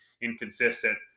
inconsistent